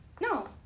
No